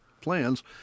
plans